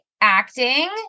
acting